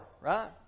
right